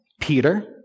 Peter